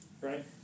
Right